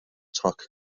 toc